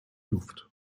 luft